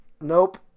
Nope